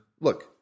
Look